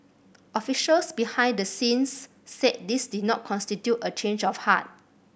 officials behind the scenes said this did not constitute a change of heart